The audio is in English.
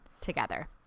together